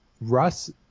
Russ